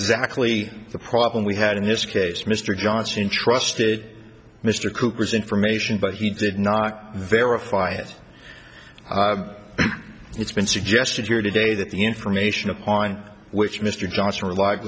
exactly the problem we had in this case mr johnson entrusted mr cooper's information but he did not verify it it's been suggested here today that the information upon which mr johnson relied